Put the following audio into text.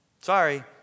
Sorry